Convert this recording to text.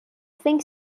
think